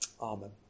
Amen